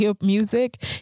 music